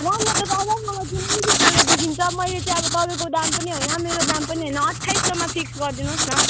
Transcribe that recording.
राम्रो त मलाई जुनै जुत्ताले देखिन्छ मैले चाहिँ अब तपाईँको दाम पनि होइन मेरो दाम पनि होइन अट्ठाइस सौमा फिक्स गरिदिनु होस् न